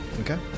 Okay